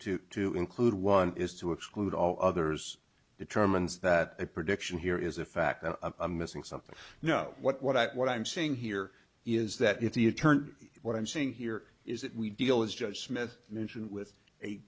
to to include one is to exclude all others determines that a prediction here is a fact that i'm missing something you know what what i what i'm saying here is that if the attorney what i'm saying here is that we deal as joe smith mention with a